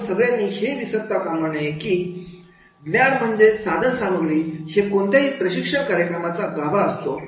तर आपण सगळ्यांनी हे विसरला नाही पाहिजे की ज्ञान म्हणजेच साधन सामग्री हे कोणत्याही प्रशिक्षण कार्यक्रमाचा गाभा असतो